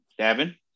Davin